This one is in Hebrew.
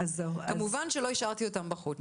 כמובן שלא השארתי אותם בחוץ.